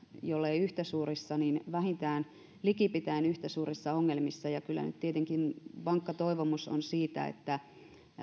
jolleivät suoraan yhtä suurissa tai vähintään likipitäen yhtä suurissa ongelmissa kyllä tietenkin vankka toivomus on siitä että